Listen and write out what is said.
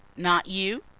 not you?